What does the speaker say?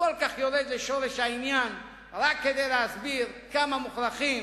וכל כך יורד לשורש העניין רק כדי להסביר כמה מוכרחים